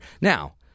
Now